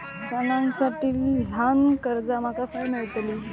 सणांसाठी ल्हान कर्जा माका खय मेळतली?